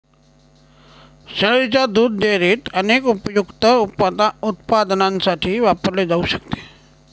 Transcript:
शेळीच्या दुध डेअरीत अनेक उपयुक्त उत्पादनांसाठी वापरले जाऊ शकते